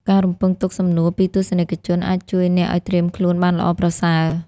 ការរំពឹងទុកសំណួរពីទស្សនិកជនអាចជួយអ្នកឱ្យត្រៀមខ្លួនបានល្អប្រសើរ។